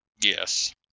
Yes